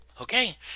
Okay